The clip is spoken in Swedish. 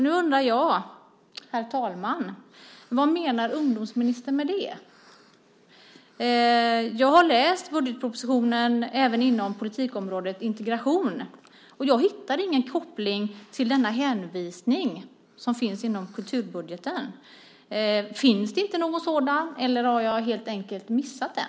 Nu undrar jag, herr talman, vad ungdomsministern menar med det. Jag har läst även om politikområdet integration i budgetpropositionen, och jag hittar ingen koppling till denna hänvisning i kulturbudgeten. Finns det inte någon sådan, eller har jag helt enkelt missat den?